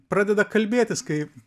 pradeda kalbėtis kai